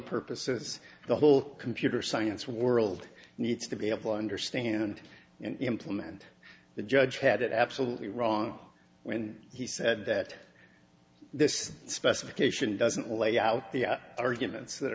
purposes the whole computer science world needs to be able to understand and implement the judge had it absolutely wrong when he said that this specification doesn't lay out the arguments that